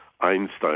Einstein